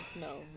no